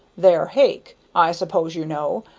they're hake, i s'pose you know.